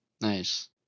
Nice